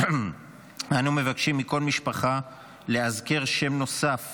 אנו מבקשים מכל משפחה לאזכר שם נוסף